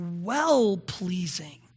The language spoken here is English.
well-pleasing